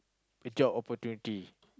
a job opportunity